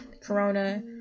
corona